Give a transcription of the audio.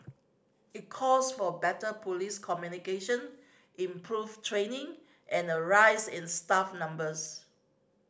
it calls for better police communication improved training and a rise in staff numbers